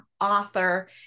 author